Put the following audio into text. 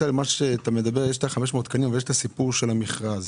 יש את 500 התקנים ויש את הסיפור של המכרז